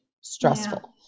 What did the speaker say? stressful